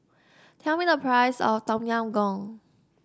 tell me the price of Tom Yam Goong